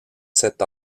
sept